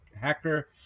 hacker